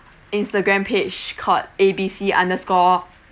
instagram page called A B C underscore